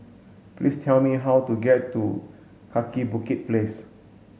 please tell me how to get to Kaki Bukit Place